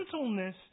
gentleness